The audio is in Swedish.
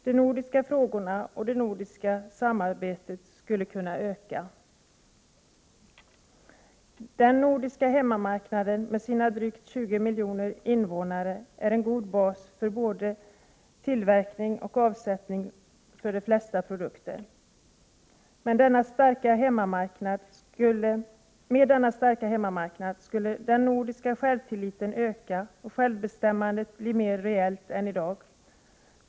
De nordiska frågorna och det nordiska samarbetet skulle kunna öka i betydelse. Den nordiska hemmamarknaden med sina drygt 20 miljoner invånare är en god bas för både tillverkning av och avsättning för de flesta produkter. Med denna starka hemmamarknad skulle den nordiska självtilliten öka och självbestämmandet bli mer reellt än i dag.